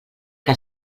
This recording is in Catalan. que